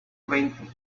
plenty